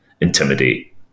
intimidate